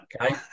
Okay